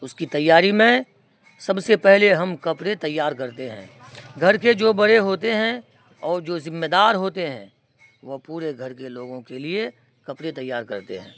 اس کی تیاری میں سب سے پہلے ہم کپڑے تیار کرتے ہیں گھر کے جو بڑے ہوتے ہیں اور جو ذمے دار ہوتے ہیں وہ پورے گھر کے لوگوں کے لیے کپڑے تیار کرتے ہیں